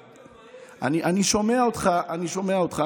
זה יהיה יותר מהר, אני שומע אותך, אני שומע אותך.